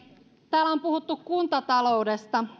täällä on puhuttu kuntataloudesta niin